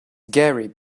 gary